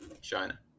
china